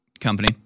company